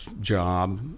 job